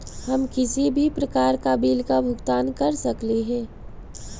हम किसी भी प्रकार का बिल का भुगतान कर सकली हे?